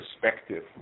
perspective